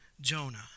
Jonah